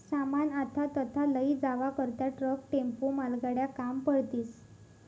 सामान आथा तथा लयी जावा करता ट्रक, टेम्पो, मालगाड्या काम पडतीस